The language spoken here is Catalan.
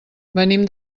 venim